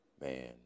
Man